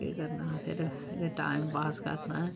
केह् करना फिर टाइम पास करना ऐ